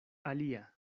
alia